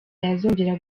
yazongera